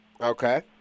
Okay